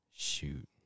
Shoot